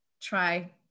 try